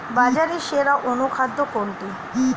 বাজারে সেরা অনুখাদ্য কোনটি?